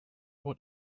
what